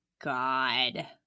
God